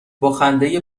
باخنده